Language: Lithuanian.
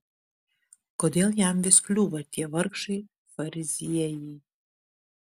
kodėl jam vis kliūva tie vargšai fariziejai